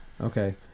Okay